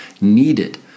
needed